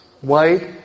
white